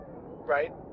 Right